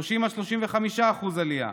30% 35% עלייה,